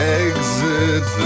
exit